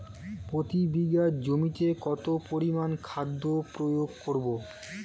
প্রতি বিঘা জমিতে কত পরিমান খাদ্য প্রয়োগ করব?